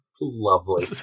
Lovely